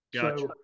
Gotcha